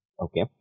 Okay